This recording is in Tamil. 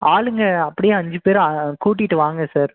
ஆளுங்கள் அப்படியே அஞ்சு பேரை கூட்டிகிட்டு வாங்க சார்